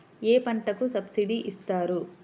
ఏ పంటకు సబ్సిడీ ఇస్తారు?